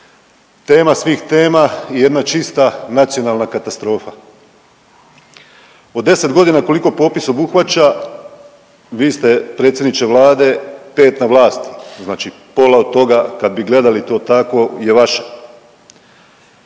Tema svih tema i jedna čista nacionalna katastrofa. Od 10 godina koliko popis obuhvaća vi ste predsjedniče vlade 5 na vlasti, znači pola od toga kad bi gledali to tako je vaše.